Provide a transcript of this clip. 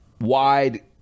wide